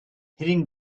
hitting